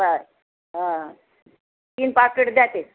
बरं हां तीन पाकीट द्या ते